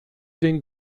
den